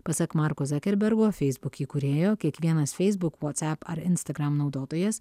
pasak marko zakerbergo facebook įkūrėjo kiekvienas facebook whatsapp ar instagram naudotojas